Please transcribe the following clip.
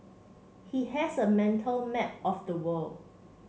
he has a mental map of the world